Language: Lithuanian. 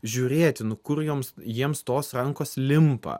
žiūrėti nu kur joms jiems tos rankos limpa